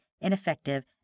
ineffective